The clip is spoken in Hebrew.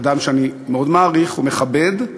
אדם שאני מאוד מעריך ומכבד,